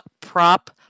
prop